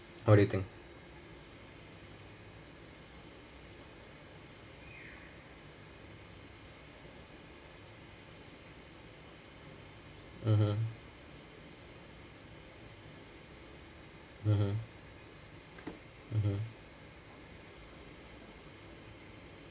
how do you think mmhmm mmhmm mmhmm